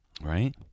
Right